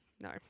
No